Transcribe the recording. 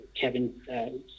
Kevin